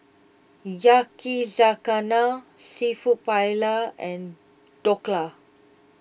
Yakizakana Seafood Paella and Dhokla